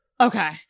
Okay